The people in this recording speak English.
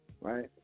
right